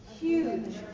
Huge